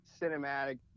cinematic